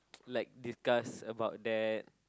like discuss about that